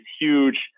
huge